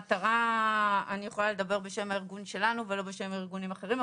אני יכולה לדבר בשם הארגון שלנו ולא בשם ארגונים אחרים,